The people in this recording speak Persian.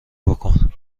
بکن